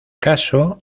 caso